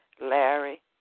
Larry